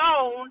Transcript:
alone